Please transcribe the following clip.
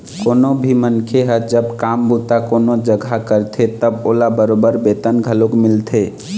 कोनो भी मनखे ह जब काम बूता कोनो जघा करथे तब ओला बरोबर बेतन घलोक मिलथे